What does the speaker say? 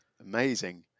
Amazing